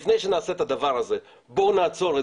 לפני שנעשה את הדבר הזה בואו נעצור את